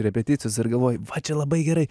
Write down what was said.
repeticijos ir galvoji va čia labai gerai